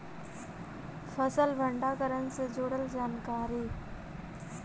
फसल भंडारन से जुड़ल जानकारी?